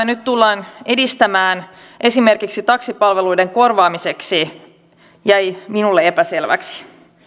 nyt tullaan edistämään esimerkiksi taksipalveluiden korvaamiseksi jäi minulle epäselväksi